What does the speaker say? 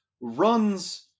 runs